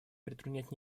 предпринять